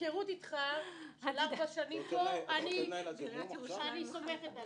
מהיכרות אתך של ארבע שנים פה, אני סומכת עליו.